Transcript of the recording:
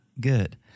good